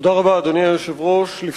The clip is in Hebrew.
אדוני היושב-ראש, תודה רבה.